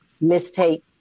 mistake